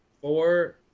four